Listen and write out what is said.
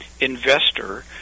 investor